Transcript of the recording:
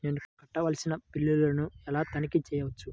నేను కట్టవలసిన బిల్లులను ఎలా తనిఖీ చెయ్యవచ్చు?